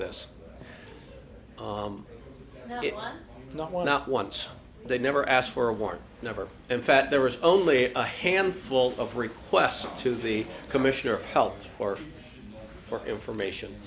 this not one not once they never asked for a warrant never in fact there was only a handful of requests to the commissioner of health or for information